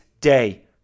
day